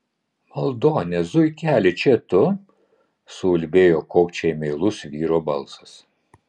valdone zuikeli čia tu suulbėjo kokčiai meilus vyro balsas